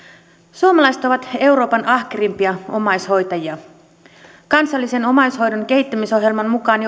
suomalaiset ovat euroopan ahkerimpia omaishoitajia kansallisen omaishoidon kehittämisohjelman mukaan